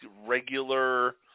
regular